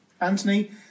Anthony